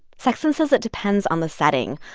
sexton says it depends on the setting.